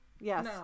yes